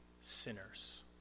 sinners